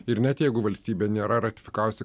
ir net jeigu valstybė nėra ratifikavusi